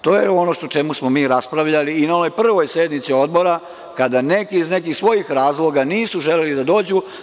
To je ono o čemu smo mi raspravljali i na onoj prvoj sednici Odbora, kada neki iz nekih svojih razloga nisu želeli da dođu.